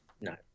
No